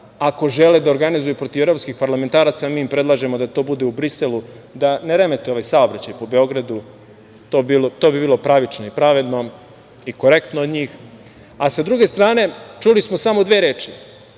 ako žele da organizuju protiv evropskih parlamentaraca, mi im predlažemo da to bude u Briselu da ne remete ovaj saobraćaj po Beogradu. To bi bilo pravično i pravedno i korektno od njih. Sa druge strane, čuli smo samo dve reči